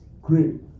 great